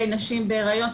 נשים בהיריון וכו'.